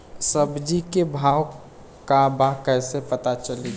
सब्जी के भाव का बा कैसे पता चली?